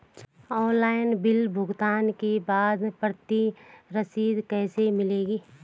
Online bill भुगतान के बाद प्रति रसीद कैसे मिलेगी?